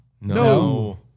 No